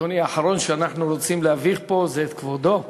אדוני, האחרון שאנחנו רוצים להביך פה זה כבודו.